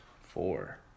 Four